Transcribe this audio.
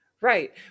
right